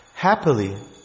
Happily